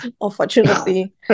unfortunately